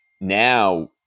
now